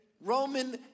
Roman